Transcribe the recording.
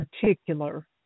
particular